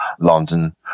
London